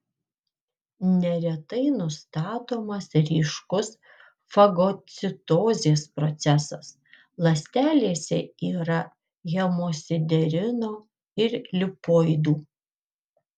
neretai nustatomas ryškus fagocitozės procesas ląstelėse yra hemosiderino ir lipoidų